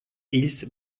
hills